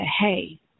hey